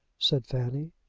said fanny.